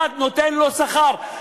אתה נותן לו שכר,